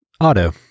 Auto